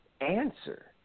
answer